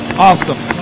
Awesome